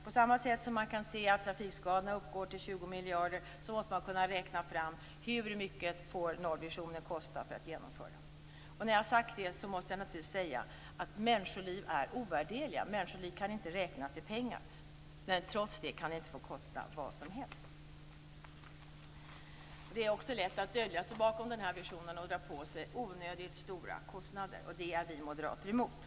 På samma sätt som man kan se att trafikskadorna uppgår till 20 miljarder, måste man kunna räkna fram hur mycket nollvisionen får kosta att genomföra. När jag har sagt det måste jag naturligtvis säga att människoliv är ovärderliga. Människoliv kan inte räknas i pengar. Trots det kan det inte få kosta vad som helst. Det är också lätt att dölja sig bakom den här visionen och dra på sig onödigt stora kostnader, och det är vi moderater emot.